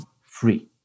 free